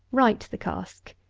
right the cask.